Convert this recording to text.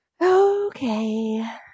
Okay